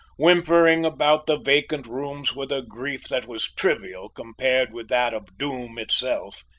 whimpering about the vacant rooms with a grief that was trivial compared with that of doom itself,